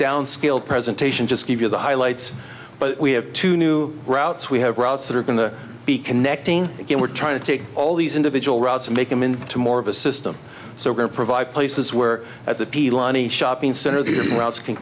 downscale presentation just give you the highlights but we have two new routes we have routes that are going to be connecting again we're trying to take all these individual routes and make them into more of a system so we're going to provide places where at the pilani shopping center the routes can